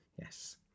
Yes